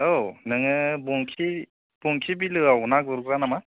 औ नोङो बंखि बंखि बिलोआव ना गुरग्रा नामा